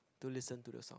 to listen to the song